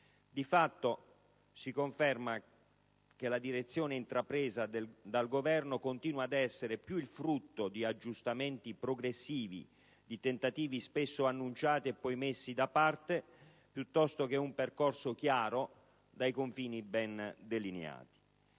Di fatto, si conferma che la direzione intrapresa dal Governo continua a essere più il frutto di aggiustamenti progressivi e di tentativi spesso annunciati e poi messi da parte, piuttosto che un percorso chiaro dai confini ben delineati.